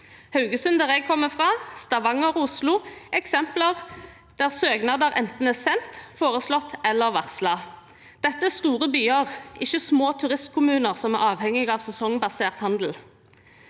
Haugesund, der jeg kommer fra, Stavanger og Oslo er eksempler der søknader er enten sendt, foreslått eller varslet. Dette er store byer, ikke små turistkommuner som er avhengig av sesongbasert handel.